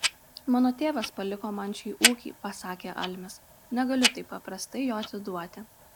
mano tėvas paliko man šį ūkį pasakė almis negaliu taip paprastai jo atiduoti